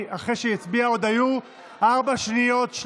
הצעת חוק הרשות הלאומית למניעת התאבדויות,